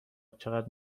چقدر